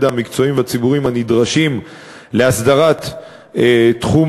המקצועיים והציבוריים הנדרשים לאסדרת תחום